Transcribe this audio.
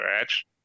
Edge